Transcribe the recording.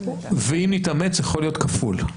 ואם נתאמץ יכול להיות כפול.